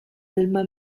alma